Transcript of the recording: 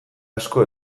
asko